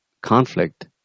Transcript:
conflict